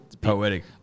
poetic